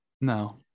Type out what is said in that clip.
No